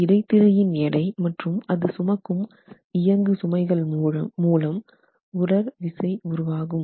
இடைத்திரையின் எடை மற்றும் அது சுமக்கும் இயங்கு சுமைகள் மூலம் உறழ் விசை உருவாகும்